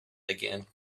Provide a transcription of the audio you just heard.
again